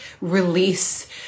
release